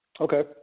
Okay